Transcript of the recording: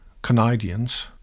Canadians